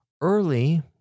Early